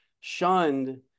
shunned